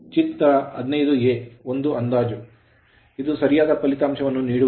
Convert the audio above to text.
ಚಿತ್ರ 15 ಒಂದು ಅಂದಾಜು ಇದು ಸರಿಯಾದ ಫಲಿತಾಂಶವನ್ನು ನೀಡುವುದಿಲ್ಲ